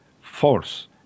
force